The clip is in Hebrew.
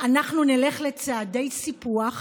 אנחנו נלך לצעדי סיפוח